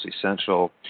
essential